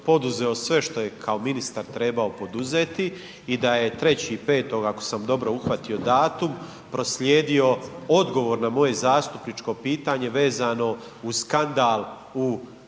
sve što je kao ministar trebao poduzeti i da je 3.5. ako sam dobro uhvatio datum proslijedio odgovor na moje zastupničko pitanje vezano uz skandal u